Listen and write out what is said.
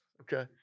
Okay